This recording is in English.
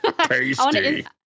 Tasty